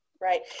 Right